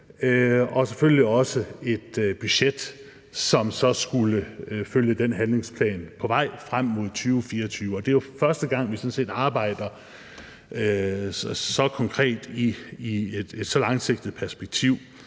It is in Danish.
og selvfølgelig også et budget, som så skulle følge den handlingsplan på vej frem mod 2024. Det er sådan set første gang, at vi arbejder så konkret i et så langsigtet perspektiv.